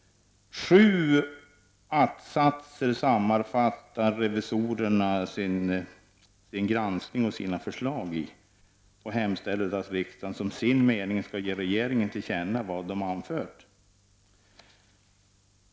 Sju att-satser sammanfattar revisorerna sin granskning och sina förslag i och hemställer att riksdagen som sin mening skall ge regeringen till känna vad de anfört.